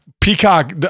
Peacock